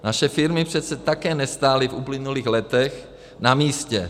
Naše firmy přece také nestály v uplynulých letech na místě.